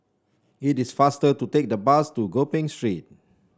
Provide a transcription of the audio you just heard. it is faster to take the bus to Gopeng Street